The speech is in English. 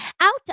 out